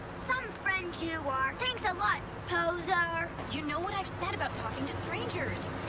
some friend you are. thanks a lot, poser. you know what i've said about talking to strangers.